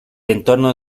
entorno